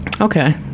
Okay